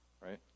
Right